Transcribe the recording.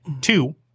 Two